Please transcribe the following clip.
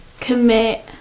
commit